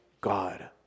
God